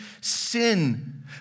sin